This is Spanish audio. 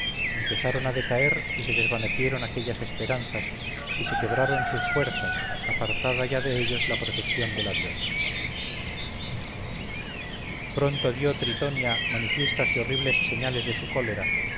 empezaron a decaer y se desvanecieron aquellas esperanzas y se quebrantaron sus fuerzas apartada ya de ellos la protección de la diosa pronto dio tritonia manifiestas y horribles señales de su cólera